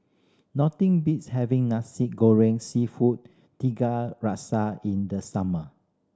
nothing beats having Nasi Goreng Seafood Tiga Rasa in the summer